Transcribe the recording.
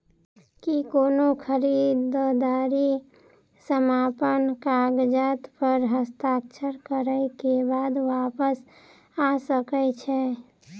की कोनो खरीददारी समापन कागजात प हस्ताक्षर करे केँ बाद वापस आ सकै है?